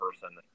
person